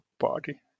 party